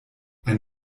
ein